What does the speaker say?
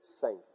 saints